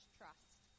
trust